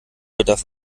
bedarf